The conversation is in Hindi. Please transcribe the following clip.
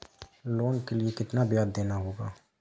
लोन के लिए कितना ब्याज देना होगा?